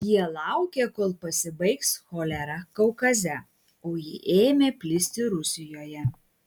jie laukė kol pasibaigs cholera kaukaze o ji ėmė plisti rusijoje